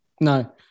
no